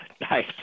Nice